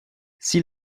sie